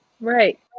Right